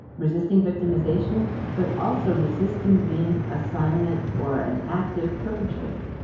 resisting victimization but also resisting being a silent or an active perpetrator.